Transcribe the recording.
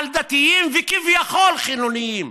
על דתיים וכביכול חילונים,